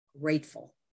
grateful